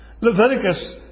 Leviticus